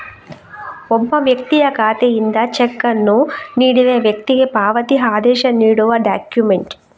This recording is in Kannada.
ಒಬ್ಬ ವ್ಯಕ್ತಿಯ ಖಾತೆಯಿಂದ ಚೆಕ್ ಅನ್ನು ನೀಡಿದ ವ್ಯಕ್ತಿಗೆ ಪಾವತಿ ಆದೇಶ ನೀಡುವ ಡಾಕ್ಯುಮೆಂಟ್